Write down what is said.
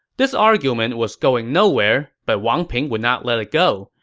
this argument was going nowhere, but wang ping would not let it go.